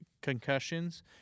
concussions